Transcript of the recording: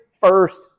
first